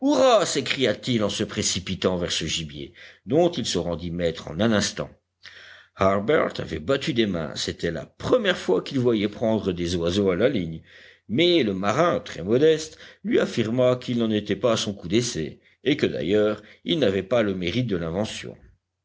hurrah s'écria-t-il en se précipitant vers ce gibier dont il se rendit maître en un instant harbert avait battu des mains c'était la première fois qu'il voyait prendre des oiseaux à la ligne mais le marin très modeste lui affirma qu'il n'en était pas à son coup d'essai et que d'ailleurs il n'avait pas le mérite de l'invention